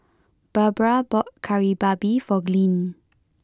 Barbara bought Kari Babi for Glynn